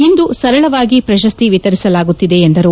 ಇಂದು ಸರಳವಾಗಿ ಪ್ರಶಸ್ತಿ ವಿತರಿಸಲಾಗುತ್ತಿದೆ ಎಂದರು